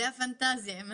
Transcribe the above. זאת הפנטזיה.